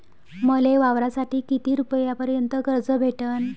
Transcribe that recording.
मले वावरासाठी किती रुपयापर्यंत कर्ज भेटन?